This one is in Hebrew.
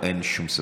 אין שום ספק.